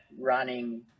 running